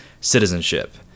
citizenship